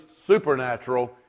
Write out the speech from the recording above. supernatural